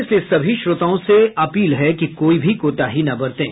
इसलिए सभी श्रोताओं से अपील है कि कोई भी कोताही न बरतें